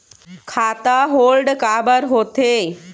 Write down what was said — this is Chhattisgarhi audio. खाता होल्ड काबर होथे?